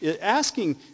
Asking